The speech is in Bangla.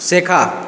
শেখা